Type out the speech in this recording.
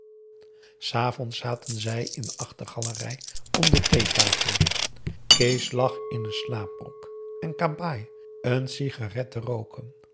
s avonds zaten zij in de achtergalerij om de theetafel kees lag in een slaapbroek en kabaai een sigaret te rooken